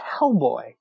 Hellboy